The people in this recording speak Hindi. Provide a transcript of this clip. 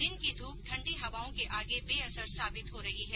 दिन की धूप ठण्डी हवाओं के आगे बेअसर साबित हो रही है